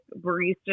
barista